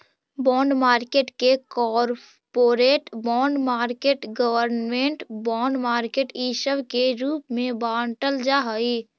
bond market के corporate bond market government bond market इ सब के रूप में बाटल जा हई